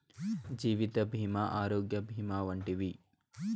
జీవిత భీమా ఆరోగ్య భీమా వంటివి